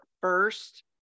first